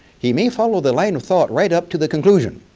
he may follow the line of thought right up to the conclusion.